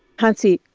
hansi,